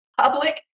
public